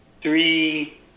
three